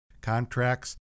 contracts